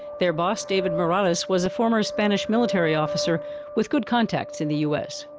their boss david morales was a former spanish military officer with good contacts in the us.